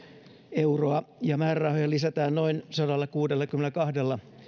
euroa ja määrärahoja lisätään noin sadallakuudellakymmenelläkahdella